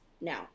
now